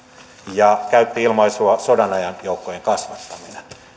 ja käytti ilmaisua sodanajan joukkojen kasvattaminen